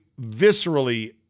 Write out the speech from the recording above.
viscerally